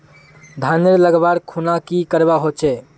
धानेर लगवार खुना की करवा होचे?